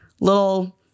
little